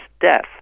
death